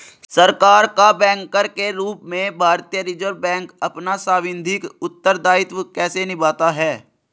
सरकार का बैंकर के रूप में भारतीय रिज़र्व बैंक अपना सांविधिक उत्तरदायित्व कैसे निभाता है?